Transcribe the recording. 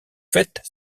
faites